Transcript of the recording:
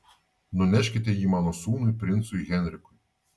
nuneškite jį mano sūnui princui henrikui